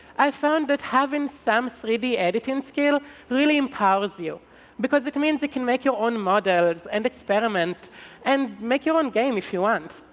i've found that having some three d editing skill really empowers you because it means you can make your own models and experiment and make your own game if you want.